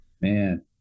Man